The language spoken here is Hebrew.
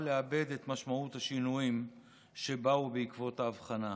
לעבד את משמעות השינויים שבאו בעקבות האבחנה.